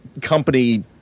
company